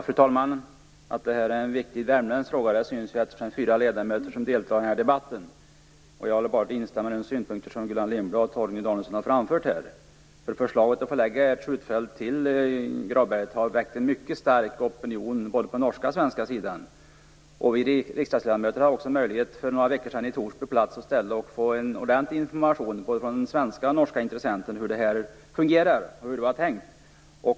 Fru talman! Att det här är en viktig värmländsk fråga syns ju, eftersom fyra ledamöter deltar i den här debatten. Jag vill bara instämma i de synpunkter som Gullan Lindblad och Torgny Danielsson har framfört här. Förslaget om att förlägga ett skjutfält till Gravberget har väckt en mycket stark opinion både på den norska och den svenska sidan. För några veckor sedan hade vi riksdagsledamöter möjlighet att i Torsby - på ort och ställe - få en ordentlig information både från svenska och norska intressenter om hur det här fungerar och hur det är tänkt.